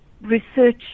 research